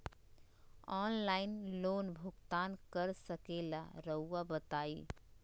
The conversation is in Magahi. ऑनलाइन लोन भुगतान कर सकेला राउआ बताई?